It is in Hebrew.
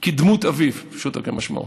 שהוא כדמות אביו פשוטו כמשמעו.